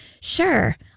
sure